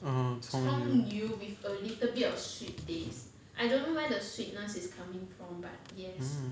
ah 葱油